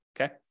okay